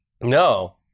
No